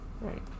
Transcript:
Right